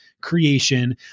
creation